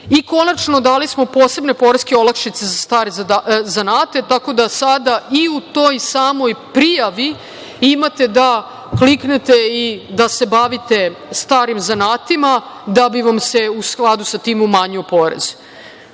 dali smo posebne poreske olakšice za stare zanate, tako da sada i u toj samoj prijavi imate da kliknete i da se bavite starim zanatima, da bi vam se u skladu sa tim umanjio